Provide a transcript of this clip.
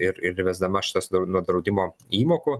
ir įvesdama šitas na draudimo įmokų